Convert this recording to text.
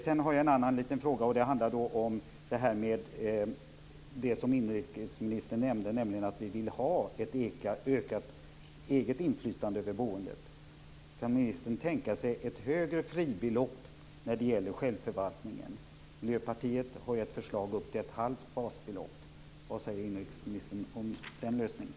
Den andra frågan gäller det ökade egna inflytandet över boendet. Kan ministern tänka sig ett högre fribelopp när det gäller självförvaltningen? Miljöpartiet föreslår ett halvt basbelopp. Vad säger inrikesministern om den lösningen?